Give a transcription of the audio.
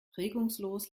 regungslos